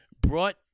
brought